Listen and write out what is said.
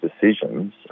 decisions